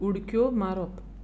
उडक्यो मारप